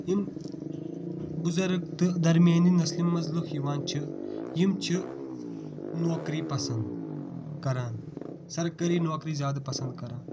یِم بُزرٕگ تہٕ درمیٲنہِ نسلہِ منٛز لُکھ یِوان چھِ یِم چھِ نوکری پسنٛد کران سرکٲری نوکری زیادٕ پسنٛد کران